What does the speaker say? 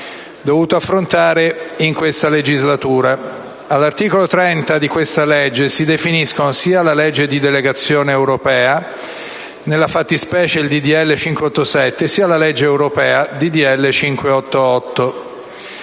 tutti affrontare in questa legislatura. All'articolo 30 di questa legge si definiscono sia la legge di delegazione europea, nella fattispecie il disegno di legge n. 587,